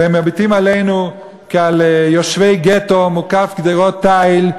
והם מביטים עלינו כעל יושבי גטו מוקף גדרות תיל,